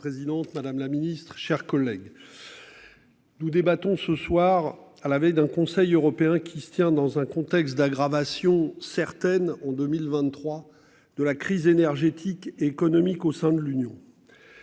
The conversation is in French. Madame la présidente, madame la Ministre, chers collègues. Nous débattons ce soir à la veille d'un Conseil européen qui se tient dans un contexte d'aggravation certaine en 2023 de la crise énergétique économique au sein de l'Union.--